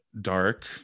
dark